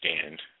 stand